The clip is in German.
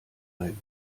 ein